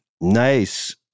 Nice